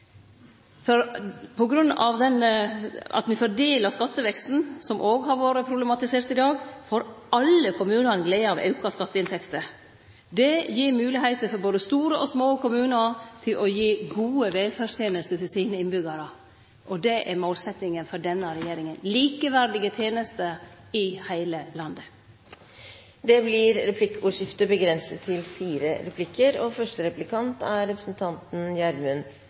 me fordeler skatteveksten, som òg har vore problematisert i dag, får alle kommunane glede av auka skatteinntekter. Det gir moglegheiter for både store og små kommunar til å gi gode velferdstenester til innbyggjarane sine. Det er målsetjinga for denne regjeringa: likeverdige tenester i heile landet. Det blir replikkordskifte.